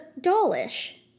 dollish